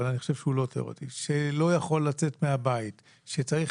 אבל אני חושב שהוא לא תיאורטי שלא יכול לצאת מהבית; שצריך